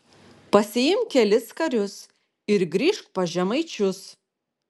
pasiimk kelis karius ir grįžk pas žemaičius